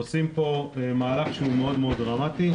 עושים פה מהלך שהוא מאוד מאוד דרמטי.